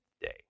day